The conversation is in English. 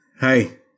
Hey